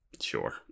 sure